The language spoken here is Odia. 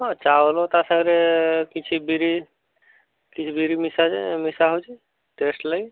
ହଁ ଚାଉଳ ତା ସାଙ୍ଗରେ କିଛି ବିରି କିଛି ବିରି ମିଶାଯାଏ ମିଶାହେଉଛି ଟେଷ୍ଟ ଲାଗେ